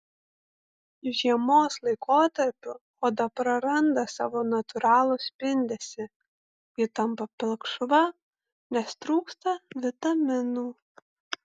žiemos laikotarpiu oda praranda savo natūralų spindesį ji tampa pilkšva nes trūksta vitaminų